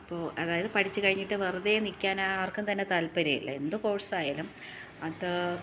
അപ്പോൾ അതായത് പഠിച്ചു കഴിഞ്ഞിട്ട് വെറുതെ നിൽക്കാനാർക്കും തന്നെ താത്പര്യം ഇല്ല എന്ത് കോഴ്സ് ആയാലും അത്